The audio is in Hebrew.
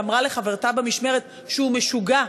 שאמרה לחברתה במשמרת שהוא משוגע,